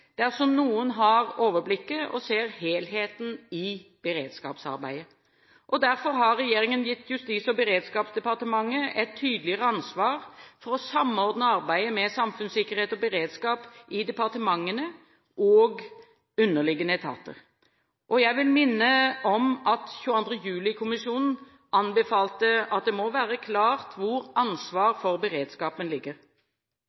dersom noen har overblikket og ser helheten i beredskapsarbeidet. Derfor har regjeringen gitt Justis- og beredskapsdepartementet et tydeligere ansvar for å samordne arbeidet med samfunnssikkerhet og beredskap i departementene og underliggende etater. Jeg vil minne om at 22. juli-kommisjonen anbefalte at det må være klart